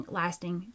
lasting